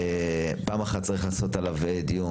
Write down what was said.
שפעם אחת צריך לעשות עליו דיון.